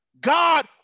God